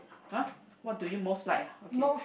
!huh! what do you most like ah okay